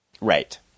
Right